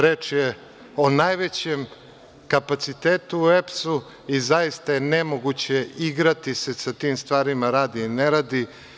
Reč je o najvećem kapacitetu u EPS-u i zaista je nemoguće igrati se sa tim stvarima, radi - ne radi.